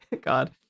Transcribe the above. God